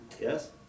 yes